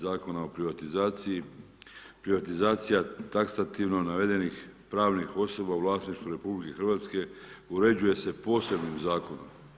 Zakona o privatizaciji, privatizacija taksativno navedenih pravnih osoba u vlasništvu RH uređuje se posebnim zakonom.